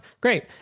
Great